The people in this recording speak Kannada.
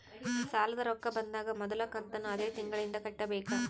ಸಾಲದ ರೊಕ್ಕ ಬಂದಾಗ ಮೊದಲ ಕಂತನ್ನು ಅದೇ ತಿಂಗಳಿಂದ ಕಟ್ಟಬೇಕಾ?